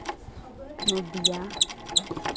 ᱱᱚᱫᱤᱭᱟ